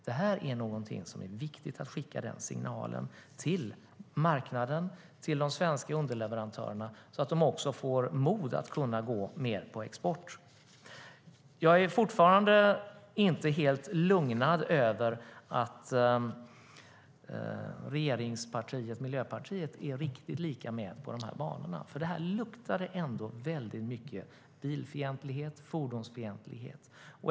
Det är viktigt att skicka den signalen till marknaden och till de svenska underleverantörerna så att de får mod att gå mer på export. Jag är ännu inte helt lugn i att regeringspartiet Miljöpartiet är riktigt lika mycket med på de här banorna, för det luktar ändå väldigt mycket bilfientlighet och fordonsfientlighet.